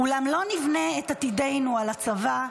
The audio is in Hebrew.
--- אולם לא נבנה עתידנו על הצבא.